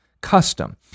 custom